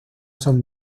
son